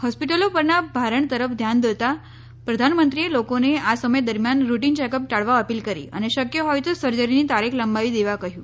હોસ્પિટલો પરના ભારણ તરફ ધ્યાન દોરતાં પ્રધાનમંત્રીએ લોકોને આ સમય દરમિયાન રુટીન ચેકઅપ ટાળવા અપીલ કરી અને શકય હોય તો સર્જરીની તારીખ લંબાવી દેવા કહ્યું